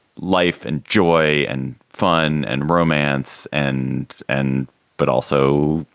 life and joy and fun and romance and and but also,